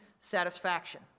satisfaction